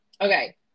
Okay